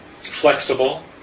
flexible